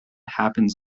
happens